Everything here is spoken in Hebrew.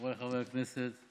חבריי חברי הכנסת,